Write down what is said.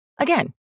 Again